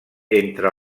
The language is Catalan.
entre